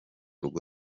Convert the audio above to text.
rwo